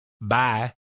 Bye